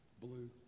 Blue